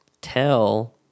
tell